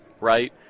right